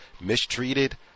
mistreated